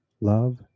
love